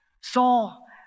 Saul